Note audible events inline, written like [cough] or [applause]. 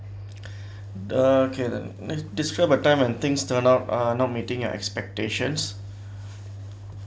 [breath] the kay the de~ describe a time when things turn out uh not meeting your expectations